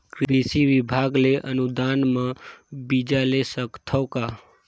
कृषि विभाग ले अनुदान म बीजा ले सकथव का?